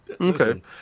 Okay